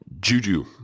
Juju